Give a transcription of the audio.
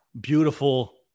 beautiful